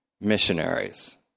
missionaries